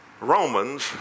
Romans